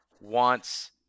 wants